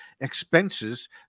expenses